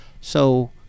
So-